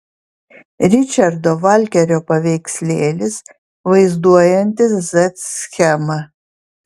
ričardo valkerio paveikslėlis vaizduojantis z schemą